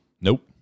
Nope